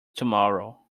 tomorrow